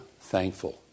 thankful